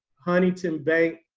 huntington bank,